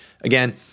again